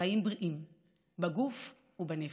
חיים בריאים בגוף ובנפש.